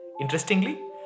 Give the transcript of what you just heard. Interestingly